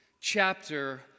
chapter